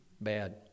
Bad